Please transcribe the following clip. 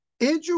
Andrew